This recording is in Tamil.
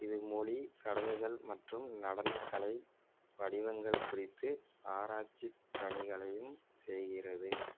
இது மொழி சடங்குகள் மற்றும் நடனக்கலை வடிவங்கள் குறித்து ஆராய்ச்சிப் பணிகளையும் செய்கிறது